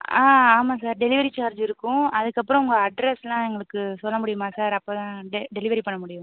ஆ ஆமாம் sir delivery charge இருக்கும் அதுக்கப்புறம் உங்கள் அட்ரெஸ்ஸுலாம் எங்களுக்கு சொல்ல முடியுமா சார் அப்போ தான் டெ டெலிவரி பண்ண முடியும்